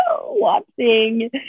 watching